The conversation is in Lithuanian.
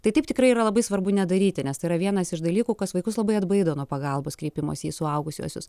tai taip tikrai yra labai svarbu nedaryti nes tai yra vienas iš dalykų kas vaikus labai atbaido nuo pagalbos kreipimosi į suaugusiuosius